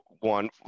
one